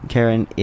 Karen